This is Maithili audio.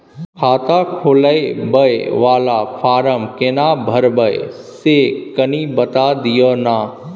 खाता खोलैबय वाला फारम केना भरबै से कनी बात दिय न?